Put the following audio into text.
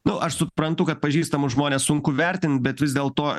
nu aš suprantu kad pažįstamus žmones sunku vertint bet vis dėlto